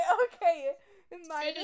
okay